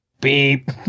Beep